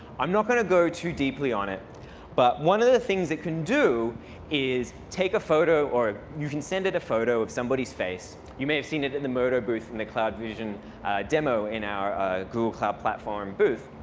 i'm not going to go too deeply on it but one of the things it can do is take a photo, or you can send it a photo of somebody's face. you may have seen it in the booth in the cloud vision demo in our google cloud platform booth.